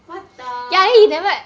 what the